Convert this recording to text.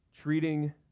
treating